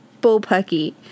bullpucky